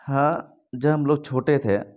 ہاں جب ہم لوگ چھوٹے تھے